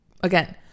again